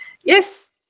yes